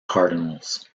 cardinals